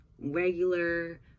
regular